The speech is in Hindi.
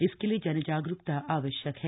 इसके लिए जनजागरूकता आवश्यक है